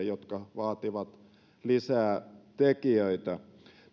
jotka vaativat lisää tekijöitä